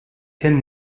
cent